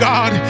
God